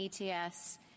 ETS